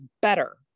better